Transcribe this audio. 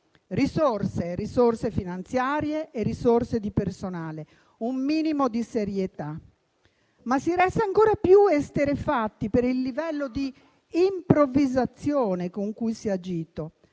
ossia risorse finanziarie e di personale. Un minimo di serietà! Si resta ancora più esterrefatti per il livello di improvvisazione con cui si è agito.